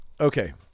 okay